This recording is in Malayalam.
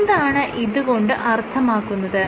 എന്താണ് ഇതുകൊണ്ട് അർത്ഥമാക്കുന്നത്